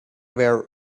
were